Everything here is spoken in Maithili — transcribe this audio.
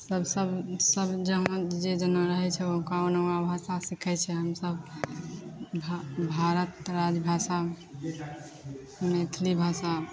सब सब जहाँ जे जेना रहैत छै वहाँके ओतुका भाषा सीखैत यऽ छै हमसब भारत राज भाषा मैथिली भाषा